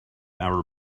our